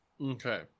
Okay